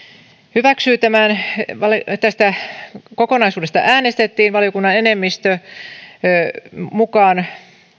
hyväksyy tämän tästä kokonaisuudesta äänestettiin valiokunnan enemmistön mukaan